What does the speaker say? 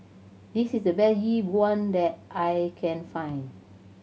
this is the best Yi Bua that I can find